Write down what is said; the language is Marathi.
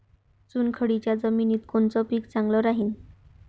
चुनखडीच्या जमिनीत कोनचं पीक चांगलं राहीन?